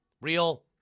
real